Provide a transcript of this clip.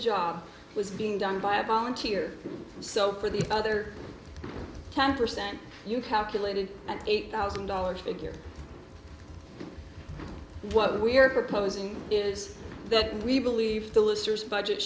job was being done by a volunteer so for the other ten percent you calculated at eight thousand dollars figure what we are proposing is that we believe the listers budget